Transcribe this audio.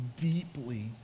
deeply